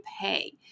pay